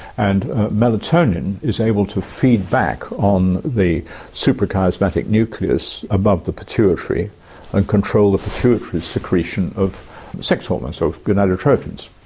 and melatonin is able to feed back on the suprachiasmatic nucleus above the pituitary and control the pituitary secretion of sex hormones, so gonadotrophins.